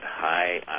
high